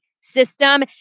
system